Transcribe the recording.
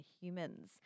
humans